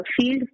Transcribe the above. field